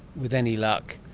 with any luck,